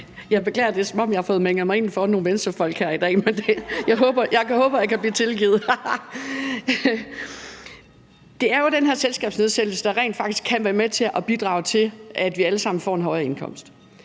Jeg beklager. Det er, som om jeg har fået mænget mig ind foran nogle Venstrefolk her i dag – men jeg håber, jeg kan blive tilgivet. Det er jo den her selskabsskattenedsættelse, der rent faktisk kan være med til at bidrage til, at vi alle sammen får en højere indkomst.